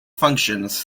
functions